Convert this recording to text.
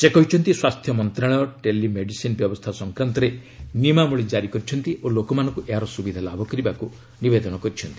ସେ କହିଛନ୍ତି ସ୍ୱାସ୍ଥ୍ୟ ମନ୍ତ୍ରଣାଳୟ ଟେଲିମେଡିସିନ୍ ବ୍ୟବସ୍ଥା ସଂକ୍ରାନ୍ତରେ ନିୟମାବଳୀ କାରି କରିଛନ୍ତି ଓ ଲୋକମାନଙ୍କୁ ଏହାର ସୁବିଧା ଲାଭ କରିବାକୁ ନିବେଦନ କରିଛନ୍ତି